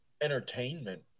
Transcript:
entertainment